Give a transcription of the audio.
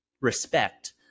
respect